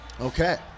okay